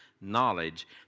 knowledge